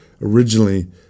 originally